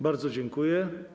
Bardzo dziękuję.